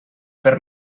per